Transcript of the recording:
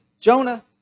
Jonah